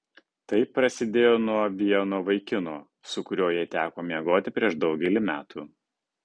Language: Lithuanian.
tai prasidėjo nuo vieno vaikino su kuriuo jai teko miegoti prieš daugelį metų